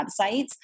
websites